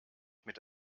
mit